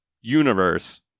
universe